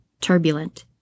turbulent